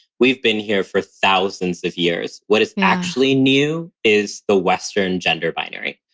we've been here for thousands of years. what is actually new is the western gender binary.